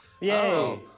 Yay